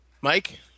Mike